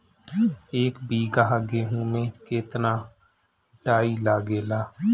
एक बीगहा गेहूं में केतना डाई लागेला?